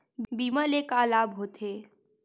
बीमा ले का लाभ होथे?